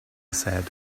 said